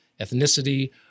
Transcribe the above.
ethnicity